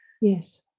Yes